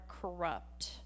corrupt